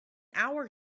hour